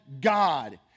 God